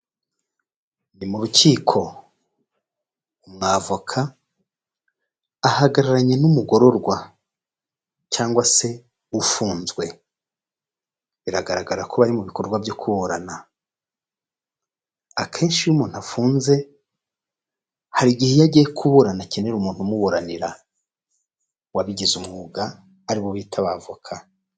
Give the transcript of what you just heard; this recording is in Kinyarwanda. Ni mu rukiko, umwavoka ahagararanye n'umugororwa cyangwa se ufunzwe, biragaragara ko bari mu bikorwa byo kuburana, akenshi iyo umuntu afunze, hari igihe iyo agiye kuburana akenera umuntu umuburanira wabigize umwuga aribo bita ab'avoka.